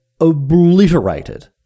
obliterated